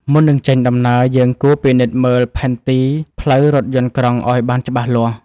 មុននឹងចេញដំណើរ យើងគួរពិនិត្យមើលផែនទីផ្លូវរថយន្តក្រុងឱ្យបានច្បាស់លាស់។